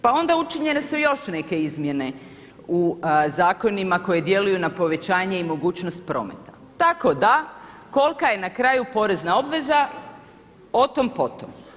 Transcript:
Pa onda učinjene su još neke izmjene u zakonima koji djeluju na povećanje i mogućnost prometa, tako da kolika je na kraju porezna obveza o tom, po tom.